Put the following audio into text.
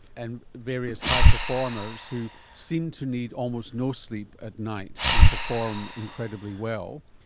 and various high-performers who seem to need almost no sleep at night and perform incredibly well,